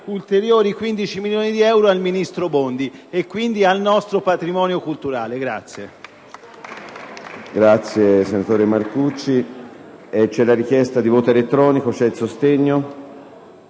ulteriori 15 milioni di euro al ministro Bondi e quindi al nostro patrimonio culturale.